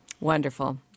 Wonderful